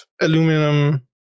aluminum